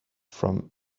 from